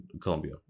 colombia